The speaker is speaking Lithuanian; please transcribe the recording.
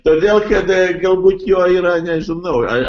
todėl kad galbūt jo yra nežinau ar